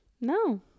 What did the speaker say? no